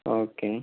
okay